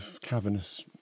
cavernous